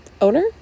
owner